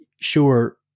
sure